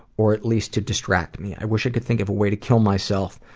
or at least to distract me. i wish i could think of a way to kill myself,